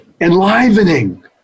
enlivening